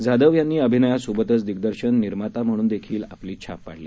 जाधवयांनीअभिनयासोबतच दिग्दर्शन निर्माताम्हणूनदेखीलआपलीछापपाडली